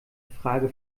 frage